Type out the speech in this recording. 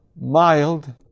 mild